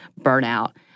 burnout